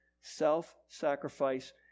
self-sacrifice